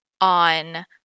on